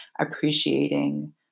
appreciating